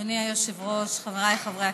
חברי הכנסת,